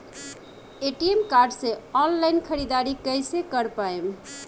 ATM card से online ख़रीदारी कइसे कर पाएम?